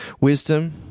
wisdom